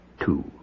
two